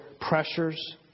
pressures